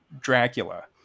Dracula